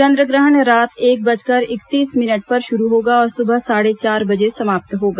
चन्द्र ग्रहण रात एक बजकर इकतीस मिनट पर शुरू होगा और सुबह साढ़े चार बजे समाप्त होगा